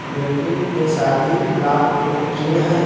बेटी के सादी ला कोई ऋण हई?